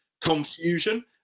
confusion